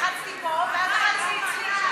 לחצתי פה ואז לחצתי גם אצלי.